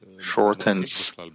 shortens